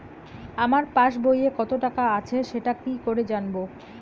আমার পাসবইয়ে কত টাকা আছে সেটা কি করে জানবো?